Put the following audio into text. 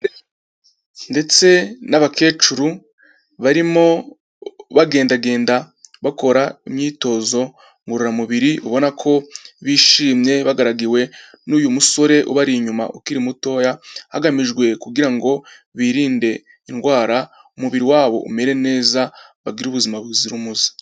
Ndetse n'abakecuru barimo bagendagenda bakora imyitozo ngororamubiri ubona ko bishimye bagaragiwe n'uyu musore ubari inyuma ukiri mutoya hagamijwe kugira ngo birinde indwara umubiri wabo umere neza bagire ubuzima buzira umuze.